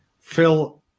Phil